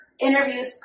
interviews